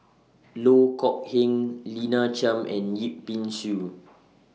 Loh Kok Heng Lina Chiam and Yip Pin Xiu